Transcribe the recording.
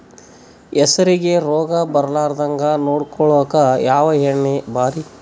ಹೆಸರಿಗಿ ರೋಗ ಬರಲಾರದಂಗ ನೊಡಕೊಳುಕ ಯಾವ ಎಣ್ಣಿ ಭಾರಿ?